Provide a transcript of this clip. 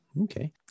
Okay